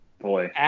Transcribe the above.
Boy